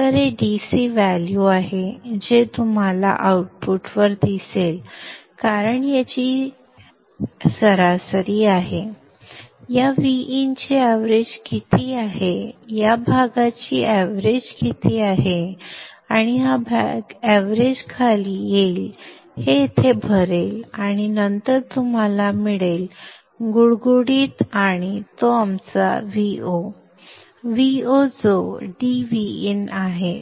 तर हे DC value आहे जे तुम्हाला आउटपुटवर दिसेल कारण ही याची सरासरी आहे या Vin ची एवरेज किती आहे या भागाची एवरेज किती आहे आणि हा भाग एवरेज खाली येईल हे येथे भरेल आणि नंतर तुम्हाला मिळेल गुळगुळीत आणि तो आमचा Vo Vo जो dVin आहे